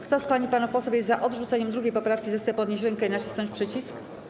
Kto z pań i panów posłów jest za odrzuceniem 2. poprawki, zechce podnieść rękę i nacisnąć przycisk.